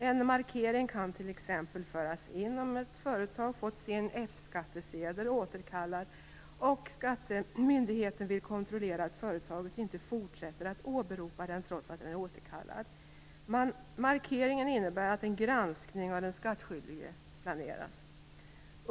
En markering kan t.ex. föras in om ett företag fått sin F-skattesedel återkallad och skattemyndigheten vill kontrollera att företaget inte fortsätter att åberopa den trots att den är återkallad. Markeringen innebär att en granskning av den skattskyldige planeras.